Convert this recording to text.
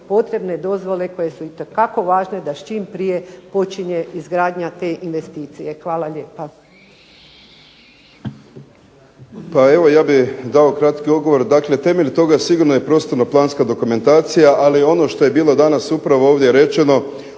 potrebne dozvole koje su itekako važne da čim prije počinje izgradnja te investicije. Hvala lijepa.